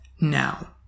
now